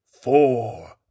four